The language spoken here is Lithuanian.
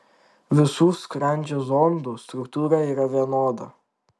visų skrandžio zondų struktūra yra vienoda